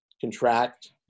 contract